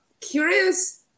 curious